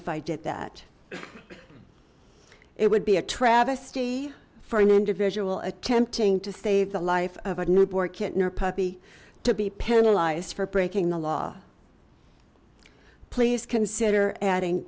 if i did that it would be a travesty for an individual attempting to save the life of a kitten or puppy to be penalize for breaking the law please consider adding